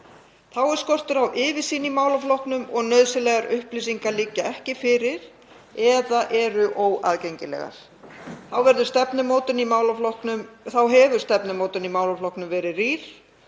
Þá er skortur á yfirsýn í málaflokknum og nauðsynlegar upplýsingar liggja ekki fyrir eða eru óaðgengilegar. Þá hefur stefnumótun í málaflokknum verið rýr